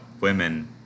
women